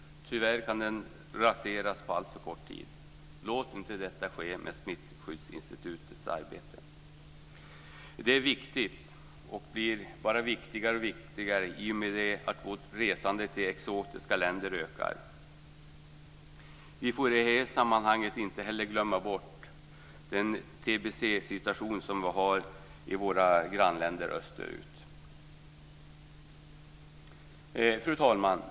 Tyvärr kan den raseras på alltför kort tid. Låt inte detta ske med Smittskyddsinstitutet! Det blir bara viktigare och viktigare i och med att vårt resande till exotiska länder ökar. I det här sammanhanget får vi inte heller glömma bort tbc-situationen i våra grannländer österut. Fru talman!